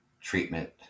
treatment